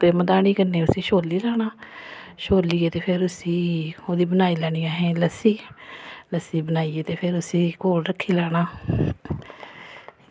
ते मधानी कन्नै उसी छोल्ली लैना छोल्लियै ते फिर असें ओह्दी बनाई लैनी लस्सी ते बनाइयै उसी कोल रक्खी लैना